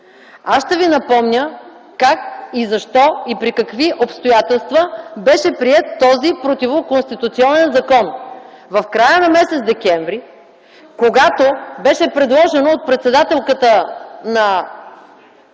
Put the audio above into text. Ще Ви напомня как и защо, и при какви обстоятелства беше приет този противоконституционен закон. В края на м. декември, когато беше предложено от председателката на